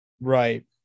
Right